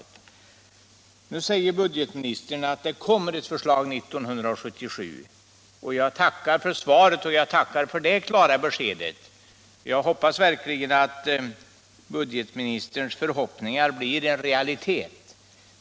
Nu säger budgetministern att det kommer ett förslag 1977. Jag tackar för det klara beskedet och hoppas verkligen att budgetministerns förhoppningar blir en realitet.